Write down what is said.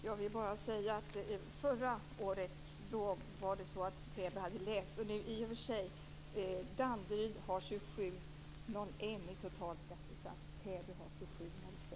Fru talman! Jag vill bara säga att förra året hade Täby lägst skattesats. Nu har i och för sig Danderyd